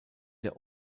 der